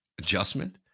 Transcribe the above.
adjustment